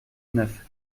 neuf